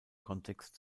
kontext